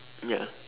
ya